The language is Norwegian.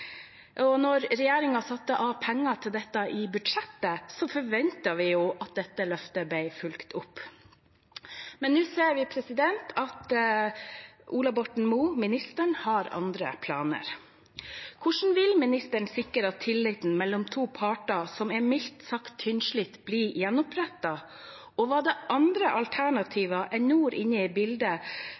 satte av penger til dette i budsjettet, forventet vi at dette løftet ble fulgt opp, men nå ser vi at Ola Borten Moe, ministeren, har andre planer. Hvordan vil ministeren sikre at en mildt sagt tynnslitt tillit mellom to parter blir gjenopprettet, og var det andre alternativer enn Nord inne i bildet